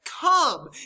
come